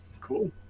cool